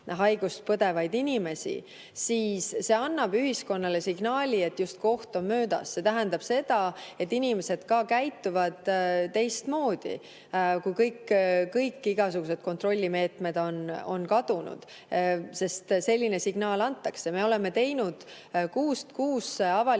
haigust põdevaid inimesi, siis see annab ühiskonnale signaali, justkui oht oleks möödas. See tähendab seda, et inimesed hakkavad käituma teistmoodi, kui kontrollimeetmed on kadunud, sest selline signaal antakse.Me oleme teinud kuust kuusse avaliku